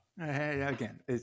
Again